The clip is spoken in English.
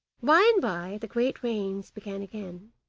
by-and-by the great rains began again.